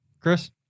Chris